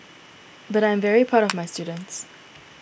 but I am very proud of my students